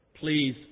Please